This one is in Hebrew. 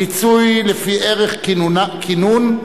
פיצוי לפי ערך כינון),